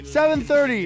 7.30